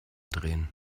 drehen